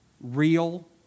real